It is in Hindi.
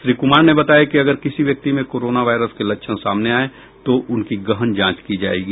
श्री कुमार ने बताया कि अगर किसी व्यक्ति में कोरोना वायरस के लक्षण सामने आये तो उनकी गहन जांच कराई जाएगी